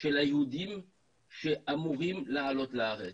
של היהודים שאמורים לעלות לארץ.